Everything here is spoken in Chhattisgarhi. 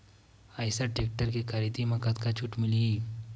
आइसर टेक्टर के खरीदी म कतका छूट मिलही?